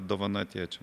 dovana tėčiui